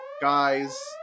Guys